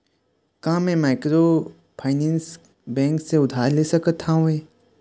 का मैं microfinance bank से उधार ले सकत हावे?